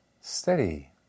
steady